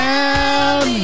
Down